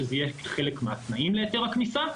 שזה יהיה כחלק מהתנאים להיתר הכניסה.